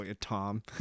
Tom